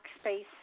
space